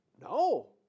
No